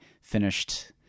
finished